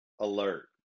alert